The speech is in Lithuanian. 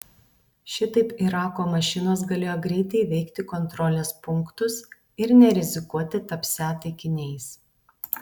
šitaip irako mašinos galėjo greitai įveikti kontrolės punktus ir nerizikuoti tapsią taikiniais